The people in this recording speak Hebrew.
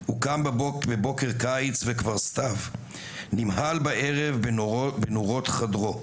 / הוא קם בבוקר קיץ וכבר סתיו / נמהל בערב בנורות חדרו.